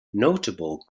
notable